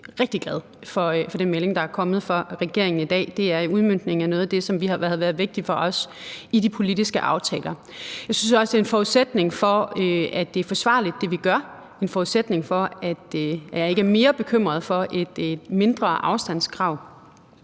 rigtig glad for den melding, der er kommet fra regeringen i dag; det er udmøntningen af noget af det, som har været vigtigt for os i de politiske aftaler. Jeg synes også, det er en forudsætning for, at det, vi gør, er forsvarligt, og en forudsætning for, at jeg ikke er mere bekymret for et mindre afstandskrav.